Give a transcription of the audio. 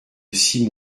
six